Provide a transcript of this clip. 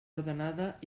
ordenada